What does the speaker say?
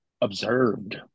observed